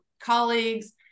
colleagues